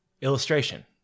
Illustration